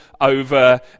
over